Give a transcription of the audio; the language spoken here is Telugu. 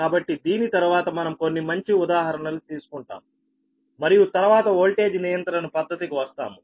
కాబట్టి దీని తరువాత మనం కొన్ని మంచి ఉదాహరణలు తీసుకుంటాము మరియు తరువాత వోల్టేజ్ నియంత్రణ పద్ధతికి వస్తాము